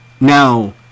Now